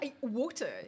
water